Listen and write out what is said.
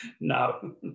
no